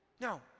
No